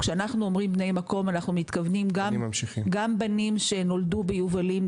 כשאנחנו אומרים בני מקום אנחנו מתכוונים גם בנים שנולדו ביובלים,